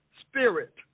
spirit